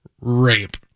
rape